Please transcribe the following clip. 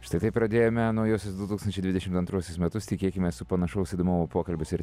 štai taip pradėjome naujuosius du tūkstančiai dvidešimt antruosius metus tikėkimės su panašaus įdomumo pokalbius ir